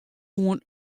oan